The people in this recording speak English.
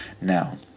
Now